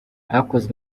hakozwe